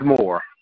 more